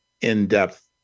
in-depth